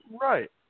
Right